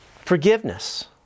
forgiveness